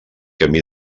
camí